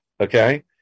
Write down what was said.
Okay